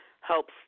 helps